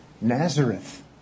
Nazareth